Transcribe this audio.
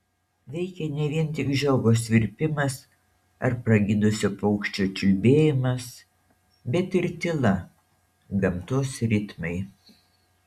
veikė ne vien tik žiogo svirpimas ar pragydusio paukščio čiulbėjimas bet ir tyla gamtos ritmai